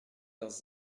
leurs